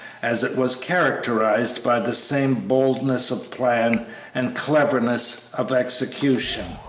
as it was characterized by the same boldness of plan and cleverness of execution.